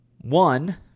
One